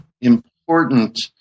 important